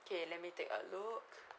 okay let me take a look